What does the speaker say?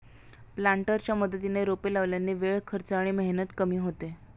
प्लांटरच्या मदतीने रोपे लावल्याने वेळ, खर्च आणि मेहनत कमी होते